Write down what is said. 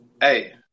Hey